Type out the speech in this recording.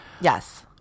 yes